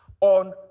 on